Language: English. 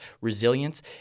resilience